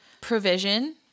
provision